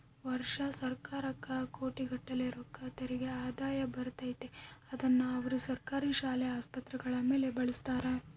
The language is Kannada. ವರ್ಷಾ ಸರ್ಕಾರಕ್ಕ ಕೋಟಿಗಟ್ಟಲೆ ರೊಕ್ಕ ತೆರಿಗೆ ಆದಾಯ ಬರುತ್ತತೆ, ಅದ್ನ ಅವರು ಸರ್ಕಾರಿ ಶಾಲೆ, ಆಸ್ಪತ್ರೆಗಳ ಮೇಲೆ ಬಳಸ್ತಾರ